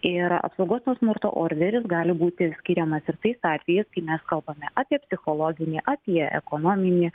ir apsaugos nuo smurto orderis gali būti skiriamas ir tais atvejais kai mes kalbame apie psichologinį apie ekonominį